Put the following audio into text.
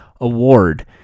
award